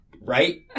Right